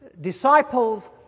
disciples